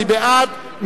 מי בעד?